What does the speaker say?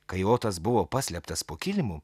kai otas buvo paslėptas po kilimu